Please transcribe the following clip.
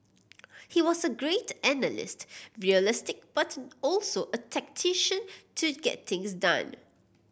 he was a great analyst realistic but also a tactician to get things done